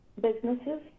businesses